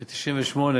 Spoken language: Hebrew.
ב-1998,